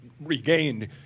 regained